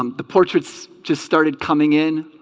um the portrait just started coming in